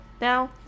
now